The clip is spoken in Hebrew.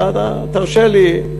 תרשה לי,